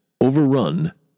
overrun